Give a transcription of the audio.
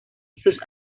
sus